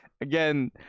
again